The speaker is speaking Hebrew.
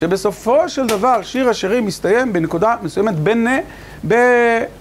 שבסופו של דבר, שיר השירים מסתיים בנקודה מסוימת ב..